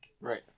Right